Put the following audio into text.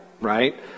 right